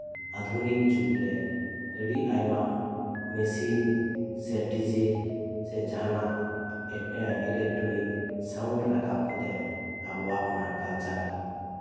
ᱟᱫᱷᱩᱱᱤᱠ ᱡᱩᱜᱽ ᱨᱮ ᱟᱹᱰᱤ ᱟᱭᱢᱟ ᱢᱮᱥᱤᱱ ᱰᱤᱡᱮ ᱥᱮ ᱡᱟᱦᱟᱸᱱᱟᱜ ᱤᱞᱮᱠᱴᱨᱳᱱᱤᱠ ᱥᱟᱣᱩᱱᱰ ᱨᱟᱠᱟᱵ ᱠᱟᱛᱮ ᱟᱵᱚᱣᱟᱜ ᱚᱱᱟ ᱠᱟᱞᱪᱟᱨ